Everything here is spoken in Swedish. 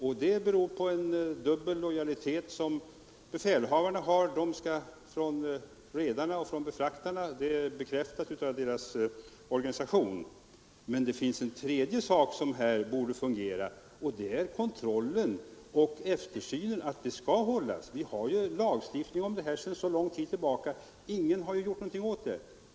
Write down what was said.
Det beror på en dubbel lojalitet som befälhavarna har gentemot lagbud å ena sidan samt redare och befraktare å den andra; det är bekräftat av deras organisation. Men det finns en tredje sak som här borde fungera, och det är kontrollen och eftersynen. Vi har ju en lagstiftning om det här sedan så lång tid, men ingen har gjort någonting åt det.